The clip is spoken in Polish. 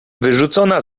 wyrzucona